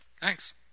Thanks